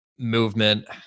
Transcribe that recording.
Movement